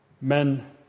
men